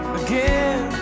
again